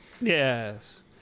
yes